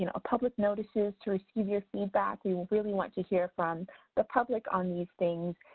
you know, public notices to receive your feedback. we will really want to hear from the public on these things.